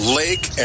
lake